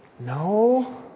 No